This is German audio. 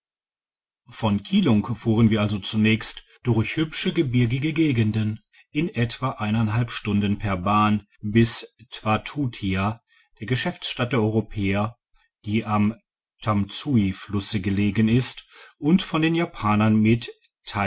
von kilung fuhren wir also zunächst durch hübsche gebirgige gegenden in etwa stunden per bahn bis twatutia der geschäftsstadt der europäer die am tamsuiflusse gelegen ist und von den japanern mit